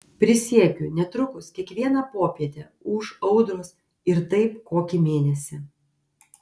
prisiekiu netrukus kiekvieną popietę ūš audros ir taip kokį mėnesį